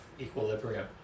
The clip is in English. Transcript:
Equilibrium